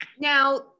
Now